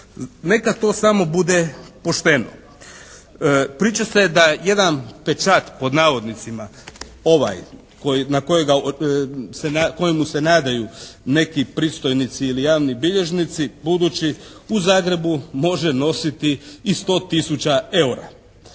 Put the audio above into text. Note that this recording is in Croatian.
Neka to samo bude pošteno. Priča se da jedan pečat pod navodnicima, ovaj kojemu se nadaju neki pristojnici ili javni bilježnici budući u Zagrebu može nositi i 100 tisuća eura.